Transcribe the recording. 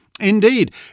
Indeed